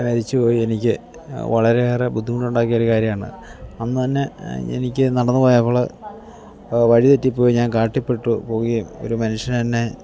മരിച്ചുപോയി എനിക്ക് വളരെയേറെ ബുദ്ധിമുട്ടുണ്ടാക്കിയ ഒരു കാര്യമാണ് അന്നുതന്നെ എനിക്ക് നടന്നു പോയപ്പോൾ വഴിതെറ്റിപ്പോയി ഞാൻ കാട്ടിൽപ്പെട്ടു പോവുകയും ഒരു മനുഷ്യനെന്നെ